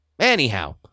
Anyhow